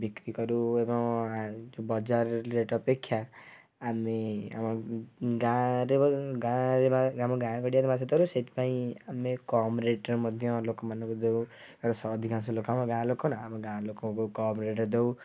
ବିକ୍ରି କରୁ ଏବଂ ବଜାର ରେଟ୍ ଆପେକ୍ଷା ଆମେ ଆମ ଗାଁରେ ଗାଁରେ ଆମ ଗାଁ ଗାଡ଼ିଆରେ ମାଛ ଧରୁ ସେଇଥି ପାଇଁ ଆମେ କମ ରେଟ୍ରେ ମଧ୍ୟ ଲୋକମାନଙ୍କୁ ଦେଉ ଶ ଅଧିକାଂଶ ଲୋକ ଆମ ଗାଁ ଲୋକ ନା ଆମ ଗାଁ ଲୋକଙ୍କୁ କମ ରେଟ୍ରେ ଦେଉ